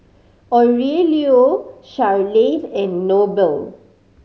Aurelio Sharleen and Noble